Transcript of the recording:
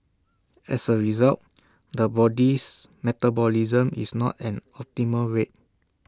as A result the body's metabolism is not at an optimal rate